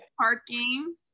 Parking